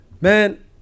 man